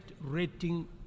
rating